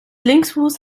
linksfuß